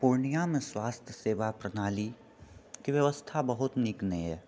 पूर्णियाँमे स्वास्थ्य सेवा प्रणालीके व्यवस्था बहुत नीक नहि यऽ